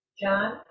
John